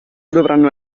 dovranno